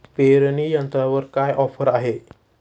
पेरणी यंत्रावर काय ऑफर आहे?